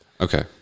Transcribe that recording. Okay